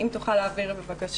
(מוקרן שקף, שכותרתו: עברית רב-מגדרית.)